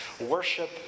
Worship